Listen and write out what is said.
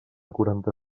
quaranta